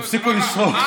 תפסיקו לשרוק.